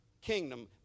kingdom